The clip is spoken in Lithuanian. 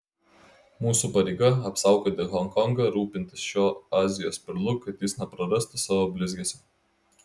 mūsų pareiga apsaugoti honkongą rūpintis šiuo azijos perlu kad jis neprarastų savo blizgesio